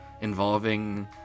involving